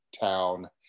town